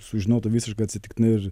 sužinota visiškai atsitiktinai ir